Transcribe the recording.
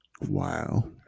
Wow